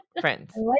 Friends